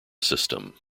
system